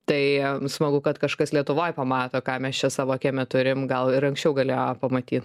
tai smagu kad kažkas lietuvoj pamato ką mes čia savo kieme turim gal ir anksčiau galėjo pamatyt